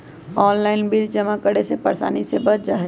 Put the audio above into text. Online bill जमा करे से परेशानी से बच जाहई?